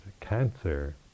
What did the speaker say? cancer